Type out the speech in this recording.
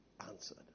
answered